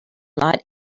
lot